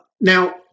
Now